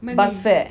bus fare